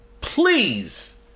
please